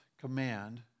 command